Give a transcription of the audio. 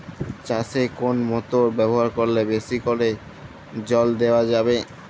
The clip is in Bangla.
চাষে কোন মোটর ব্যবহার করলে বেশী করে জল দেওয়া যাবে?